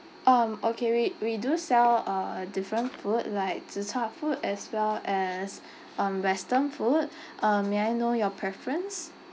um okay we we do sell uh different food like zi char food as well as um western food um may I know your preference